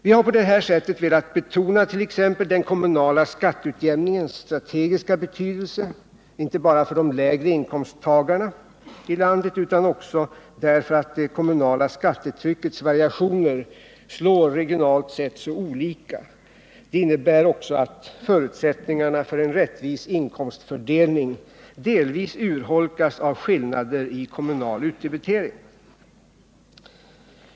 Vi har på detta sätt velat betona t.ex. den kommunala skatteutjämningens strategiska betydelse inte bara för dem som har låga inkomster utan också därför att det kommunala skattetryckets variationer slår så regionalt olika. Det innebär också att förutsättningarna för en rättvis inkomstfördelning delvis urholkas av skillnader i kommunal debitering.